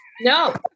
No